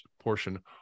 portion